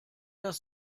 das